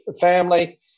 family